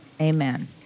amen